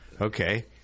Okay